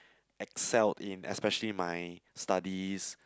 excelled in especially my studies